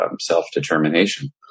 self-determination